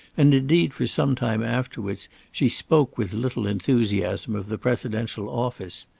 and indeed for some time afterwards she spoke with little enthusiasm of the presidential office.